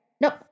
Nope